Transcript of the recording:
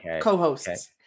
co-hosts